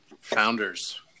Founders